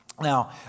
Now